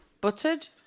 buttered